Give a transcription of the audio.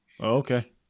Okay